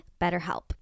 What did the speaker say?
BetterHelp